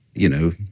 you know,